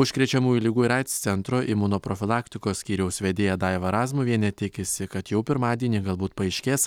užkrečiamųjų ligų ir aids centro imunoprofilaktikos skyriaus vedėja daiva razmuvienė tikisi kad jau pirmadienį galbūt paaiškės